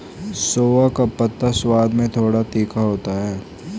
सोआ का पत्ता स्वाद में थोड़ा तीखा होता है